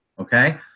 okay